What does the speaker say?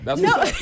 No